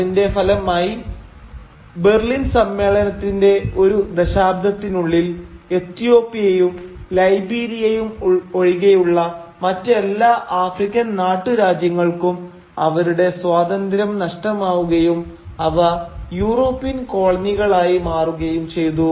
അതിന്റെ ഫലമായി ബെർലിൻ സമ്മേളനത്തിൻറെ ഒരു ദശാബ്ദത്തിനുള്ളിൽ എത്തിയോപ്യയും ലൈബീരിയയും ഒഴികെയുള്ള മറ്റെല്ലാ ആഫ്രിക്കൻ നാട്ടുരാജ്യങ്ങൾക്കും അവരുടെ സ്വാതന്ത്ര്യം നഷ്ടമാവുകയും അവ യൂറോപ്യൻ കോളനികളായി മാറുകയും ചെയ്തു